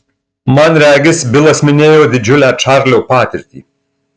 man regis bilas minėjo didžiulę čarlio patirtį